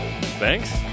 Thanks